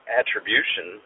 attribution